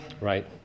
Right